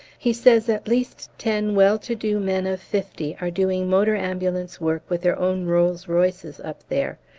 he says at least ten well-to-do men of fifty are doing motor-ambulance work with their own rolls-royces up there,